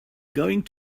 going